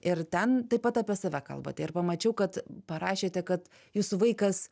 ir ten taip pat apie save kalbate ir pamačiau kad parašėte kad jūsų vaikas